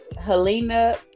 Helena